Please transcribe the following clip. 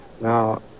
Now